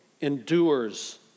endures